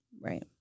right